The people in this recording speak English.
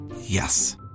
Yes